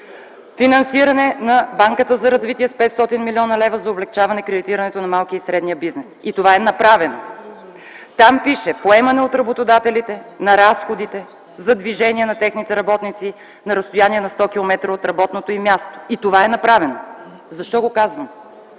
„финансиране на Банката за развитие с 500 млн. лв. за облекчаване кредитирането на малкия и средния бизнес” – и това е направено. Там пише: „поемане от работодателите на разходите за движение на техните работници на разстояние 100 км от работното им място” – и това е направено. Защо го казвам?